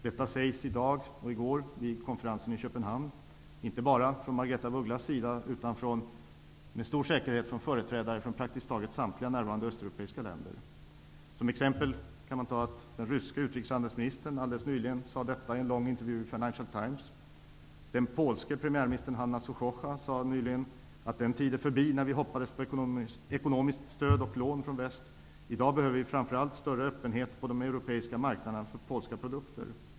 Detta har sagts i går och i dag på konferensen i Köpenhamn, och då inte bara från Margaretha af Ugglas sida utan också, det kan jag med stor säkerhet säga, från företrädare för praktiskt taget samtliga närvarande östeuropeiska länder. Den ryske utrikeshandelsministern Glaziev t.ex. sade det helt nyligen i en lång intervju i Financial Suchocka har nyligen sagt: Den tid är förbi då vi hoppades på ekonomiskt stöd och lån från väst. I dag behöver vi framför allt en större öppenhet för polska produkter på de europeiska marknaderna.